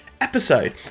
episode